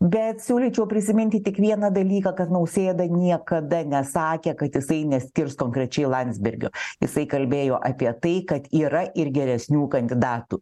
bet siūlyčiau prisiminti tik vieną dalyką kad nausėda niekada nesakė kad jisai neskirs konkrečiai landsbergio jisai kalbėjo apie tai kad yra ir geresnių kandidatų